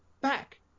back